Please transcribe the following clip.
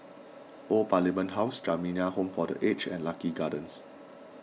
Old Parliament House Jamiyah Home for the Aged and Lucky Gardens